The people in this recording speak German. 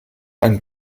einen